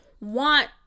want